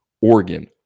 Oregon